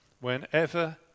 Whenever